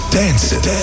dancing